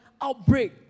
outbreak